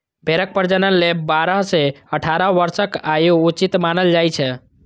भेड़क प्रजनन लेल बारह सं अठारह वर्षक आयु उचित मानल जाइ छै